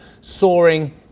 soaring